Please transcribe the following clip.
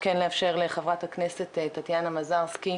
כן לאפשר לחברת הכנסת טטיאנה מזרסקי,